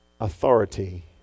authority